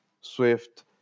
Swift